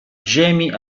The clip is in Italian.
jamie